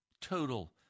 total